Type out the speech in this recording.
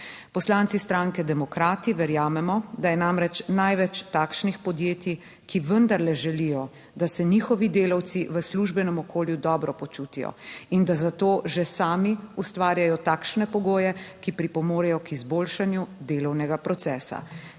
Poslanci Socialne demokrati verjamemo, da je namreč največ takšnih podjetij, ki vendarle želijo, da se njihovi delavci v službenem okolju dobro počutijo in da za to že sami ustvarjajo takšne pogoje, ki pripomorejo k izboljšanju delovnega procesa.